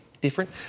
different